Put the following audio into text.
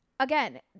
Again